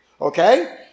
okay